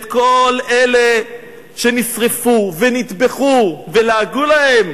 את כל אלה שנשרפו ונטבחו ולעגו להם,